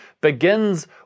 begins